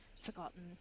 forgotten